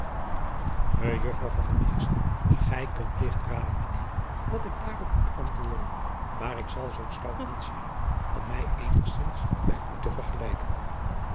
ejuffrouw ij kunt ligt raden mijn eer wat ik daarop moet antwoorden maar ik zal zoo stout niet zijn van mij eenigzins bij u te vergelijken